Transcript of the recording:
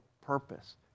purpose